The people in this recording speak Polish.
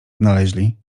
odnaleźli